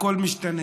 הכול היה משתנה.